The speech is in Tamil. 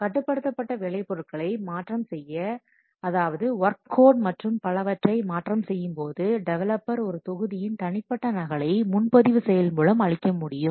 கட்டுப்படுத்தப்பட்ட வேலைப் பொருட்களை மாற்றம் செய்ய அதாவது வொர்க் கோட் மற்றும் பலவற்றை மாற்றம் செய்யும்போது டெவலப்பர் ஒரு தொகுதியின் தனிப்பட்ட நகலை முன்பதிவு செயல் மூலம் அளிக்க முடியும்